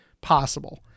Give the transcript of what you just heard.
possible